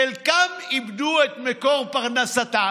חלקם איבדו את מקור פרנסתם,